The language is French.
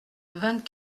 vingt